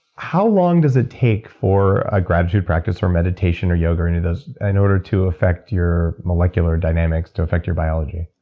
how long does it take for a gratitude practice or meditation or yoga or any of those in order to affect your molecular dynamics, to affect your biology?